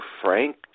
frank